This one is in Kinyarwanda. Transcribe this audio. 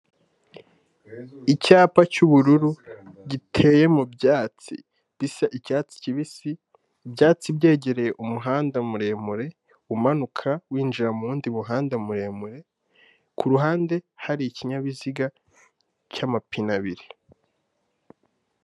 Icyapa cy'ubururu giteye mu byatsi bisa icyatsi kibisi, ibyatsi byegereye umuhanda muremure umanuka winjira mundi muhanda muremure, ku ruhande hari ikinyabiziga cy'amapine abiri.